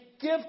give